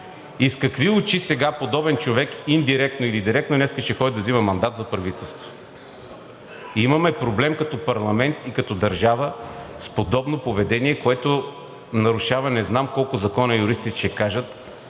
и с какви очи сега подобен човек индиректно или директно днес ще ходи да взима мандат за правителство! Имаме проблем като парламент и като държава с подобно поведение, което нарушава не знам колко закона, юристите ще кажат,